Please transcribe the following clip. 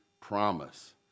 promise